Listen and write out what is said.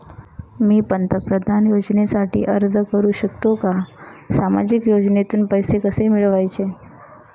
मी पंतप्रधान योजनेसाठी अर्ज करु शकतो का? सामाजिक योजनेतून पैसे कसे मिळवायचे